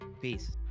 Peace